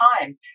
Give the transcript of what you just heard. time